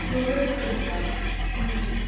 floral print छ